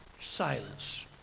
silence